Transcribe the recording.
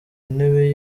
ntebe